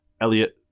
Elliot